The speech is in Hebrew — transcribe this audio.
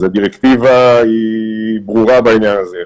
אז הדירקטיבה היא ברורה בעניין הזה.